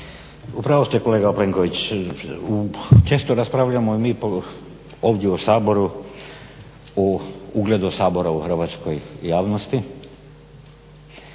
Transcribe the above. U pravu ste kolega Plenković. Često raspravljamo i mi ovdje u Saboru o ugledu Sabora u Hrvatskoj javnosti.